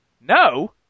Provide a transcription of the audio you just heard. No